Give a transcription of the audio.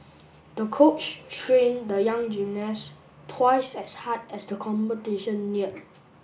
the coach trained the young gymnast twice as hard as the competition neared